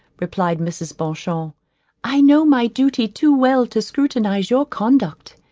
replied mrs. beauchamp i know my duty too well to scrutinize your conduct.